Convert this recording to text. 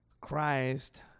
Christ